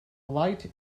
light